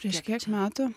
prieš kiek metų